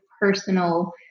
personal